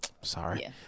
sorry –